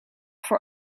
voor